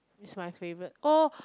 it's my favourite oh